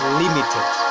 limited